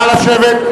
נא לשבת.